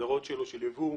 בהגדרות שלו של "ייבוא",